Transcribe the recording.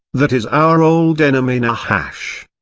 that is our old enemy nahash.